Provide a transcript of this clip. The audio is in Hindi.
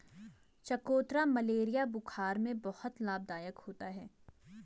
चकोतरा मलेरिया बुखार में बहुत लाभदायक होता है